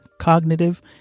cognitive